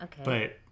Okay